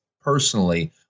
personally